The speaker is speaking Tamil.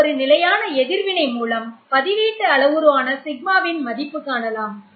இந்த ஒரு நிலையான எதிர்வினை மூலம் பதிலீட்டு அளவுரு ஆன σ வின்னின் மதிப்பை காணலாம்